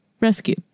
rescue